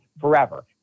forever